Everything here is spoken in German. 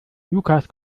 lukas